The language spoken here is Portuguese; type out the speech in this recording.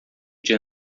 dia